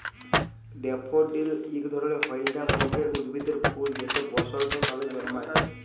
daffodil ইক ধরলের হইলদা রঙের উদ্ভিদের ফুল যেট বসল্তকালে জল্মায়